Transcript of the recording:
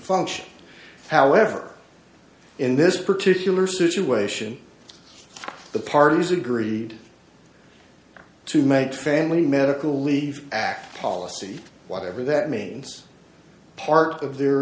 function however in this particular situation the parties agreed to make family medical leave act policy whatever that means part of their